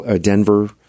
Denver